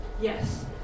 Yes